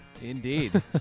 Indeed